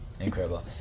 incredible